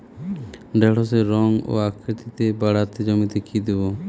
ঢেঁড়সের রং ও আকৃতিতে বাড়াতে জমিতে কি দেবো?